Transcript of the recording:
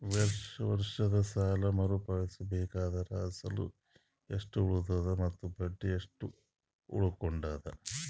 ವರ್ಷದ ಸಾಲಾ ಮರು ಪಾವತಿಸಬೇಕಾದರ ಅಸಲ ಎಷ್ಟ ಉಳದದ ಮತ್ತ ಬಡ್ಡಿ ಎಷ್ಟ ಉಳಕೊಂಡದ?